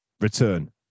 return